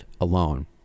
alone